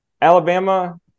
Alabama